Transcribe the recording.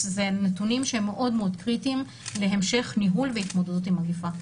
אלה נתונים שהם מאוד מאוד קריטיים להמשך הניהול וההתמודדות עם המגפה.